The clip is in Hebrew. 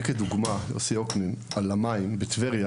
אם הוא הביא כדוגמה על המים בטבריה,